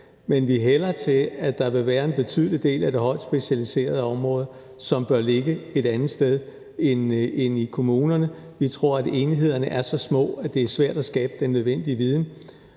Men vi hælder til, at der vil være en betydelig del af det højt specialiserede område, som bør ligge et andet sted end i kommunerne. Vi tror, at enhederne er så små, at det er svært at skabe den nødvendige viden.